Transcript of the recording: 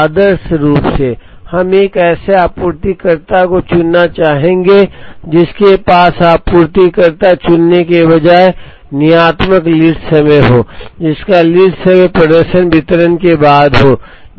आदर्श रूप से हम एक ऐसे आपूर्तिकर्ता को चुनना चाहेंगे जिसके पास आपूर्तिकर्ता चुनने के बजाय नियतात्मक लीड समय हो जिसका लीड समय प्रदर्शन वितरण के बाद हो